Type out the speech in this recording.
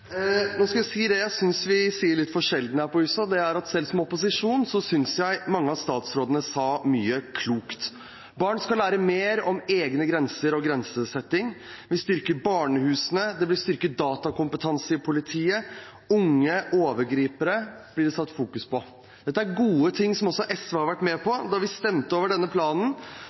Nå skal jeg si det jeg synes vi sier litt for sjelden her på huset, og det er at selv som opposisjon synes jeg mange av statsrådene sa mye klokt. Barn skal lære mer om egne grenser og grensesetting, vi styrker barnehusene, det blir styrket datakompetanse i politiet, og det blir satt fokus på unge overgripere. Dette er gode ting som også SV har vært med på. Da vi stemte over denne planen,